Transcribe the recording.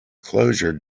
closure